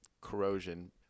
corrosion